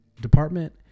department